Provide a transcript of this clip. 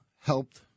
helped